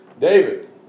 David